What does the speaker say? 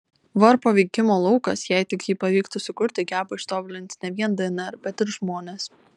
varpo veikimo laukas jei tik jį pavyktų sukurti geba ištobulinti ne vien dnr bet ir žmones